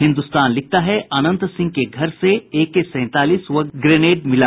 हिन्दुस्तान लिखता है अनंत सिंह के घर से एके सैंतालीस व ग्रेनेड मिला